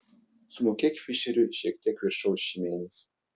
sumokėk fišeriui šiek tiek viršaus šį mėnesį